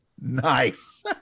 nice